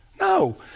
No